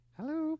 Hello